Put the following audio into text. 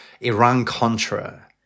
Iran-Contra